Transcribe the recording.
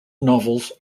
novels